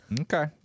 Okay